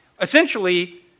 Essentially